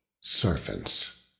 Servants